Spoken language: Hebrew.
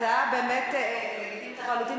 הצעה לגיטימית לחלוטין,